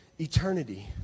eternity